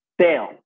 fail